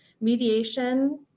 mediation